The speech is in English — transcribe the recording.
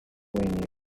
following